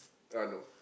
uh no